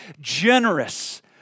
generous